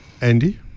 Andy